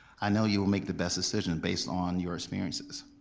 i know you'll make the best decision based on your experiences.